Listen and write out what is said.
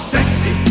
sexy